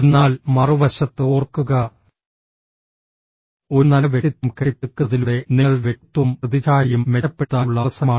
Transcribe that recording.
എന്നാൽ മറുവശത്ത് ഓർക്കുക ഒരു നല്ല വ്യക്തിത്വം കെട്ടിപ്പടുക്കുന്നതിലൂടെ നിങ്ങളുടെ വ്യക്തിത്വവും പ്രതിച്ഛായയും മെച്ചപ്പെടുത്താനുള്ള അവസരമാണിത്